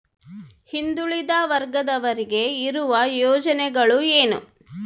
ಹಿಂದುಳಿದ ವರ್ಗದವರಿಗೆ ಇರುವ ಯೋಜನೆಗಳು ಏನು?